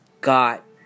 got